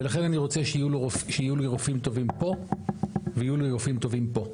ולכן אני רוצה שיהיו לי רופאים טובים פה ויהיו לי רופאים טובים פה.